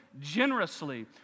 Generously